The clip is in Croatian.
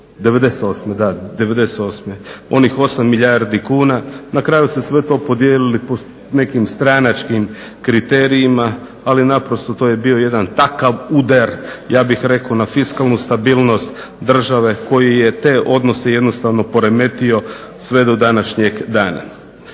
'98. da, onih 8 milijardi kuna. Na kraju se sve to podijelili po nekim stranačkim kriterijima. Ali naprosto to je bio jedan takav udar ja bih rekao na fiskalnu stabilnost države koji je te odnose jednostavno poremetio sve do današnjeg dana.